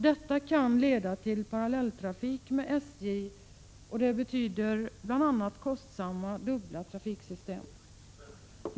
Detta kan leda till parallelltrafik med SJ och det betyder bl.a. kostsamma dubbla trafiksystem.